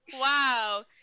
Wow